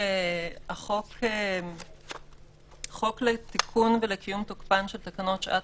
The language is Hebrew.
החוק לתיקון ולקיום תוקפן של תקנות שעת